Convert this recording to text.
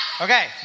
Okay